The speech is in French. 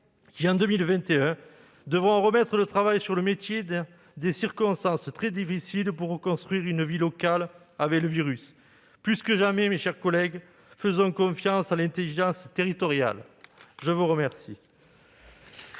qui, en 2021, devront remettre l'ouvrage sur le métier, dans des circonstances très difficiles, pour reconstruire une vie locale avec le virus. Plus que jamais, mes chers collègues, faisons confiance à l'intelligence territoriale ! La parole